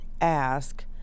ask